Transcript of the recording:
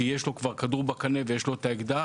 כי יש לו כבר את הכדור בקנה ויש לו את האקדח,